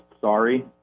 Sorry